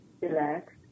Relax